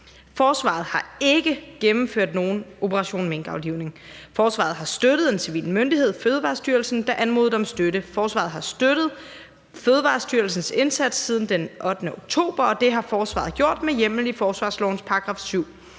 Forsvaret har ikke gennemført nogen operation minkaflivning. Forsvaret har støttet en civil myndighed, Fødevarestyrelsen, der anmodede om støtte. Forsvaret har støttet Fødevarestyrelsens indsats siden den 8. oktober, og det har forsvaret gjort med hjemmel i forsvarslovens § 7.